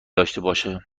باشه